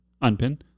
Unpin